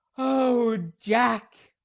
o jack!